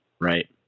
Right